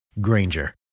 Granger